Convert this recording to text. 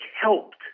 helped